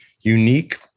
unique